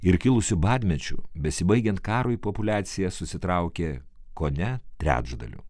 ir kilusių badmečių besibaigiant karui populiacija susitraukė kone trečdaliu